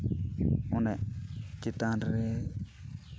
ᱚᱱᱟ ᱪᱮᱛᱟᱱ ᱨᱮ